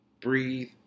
Breathe